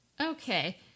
Okay